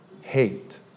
hate